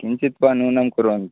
किञ्चित् वा न्यूनं कुर्वन्तु